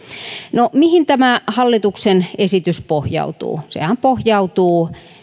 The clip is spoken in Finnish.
no mihin tämä hallituksen esitys pohjautuu sehän pohjautuu